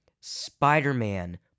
Spider-Man